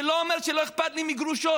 זה לא אומר שלא אכפת לי מגרושות.